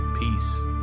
Peace